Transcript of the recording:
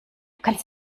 kannst